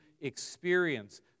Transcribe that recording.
experience